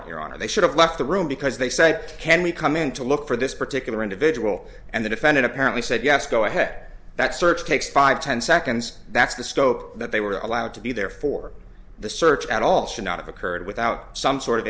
warrant your honor they should have left the room because they said can we come in to look for this particular individual and the defendant apparently said yes go ahead that search takes five ten seconds that's the scope that they were allowed to be there for the search at all should not have occurred without some sort of